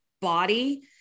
body